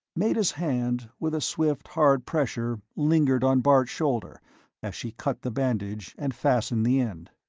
meta's hand, with a swift hard pressure, lingered on bart's shoulder as she cut the bandage and fastened the end.